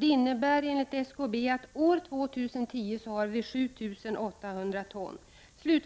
Det innebär enligt SKB att vi år 2010 har 7 800 ton avfall. Beslut om